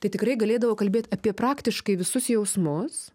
tai tikrai galėdavau kalbėt apie praktiškai visus jausmus